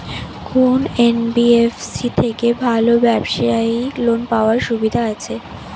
কোন এন.বি.এফ.সি থেকে ভালো ব্যবসায়িক লোন পাওয়ার সুবিধা আছে?